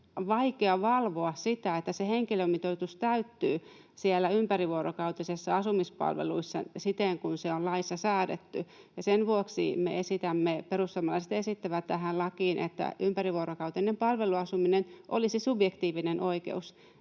vaikeaa valvoa sitä, että henkilömitoitus täyttyy ympärivuorokautisissa asumispalveluissa siten kuin se on laissa säädetty. Sen vuoksi perussuomalaiset esittää tähän lakiin, että ympärivuorokautinen palveluasuminen olisi subjektiivinen oikeus,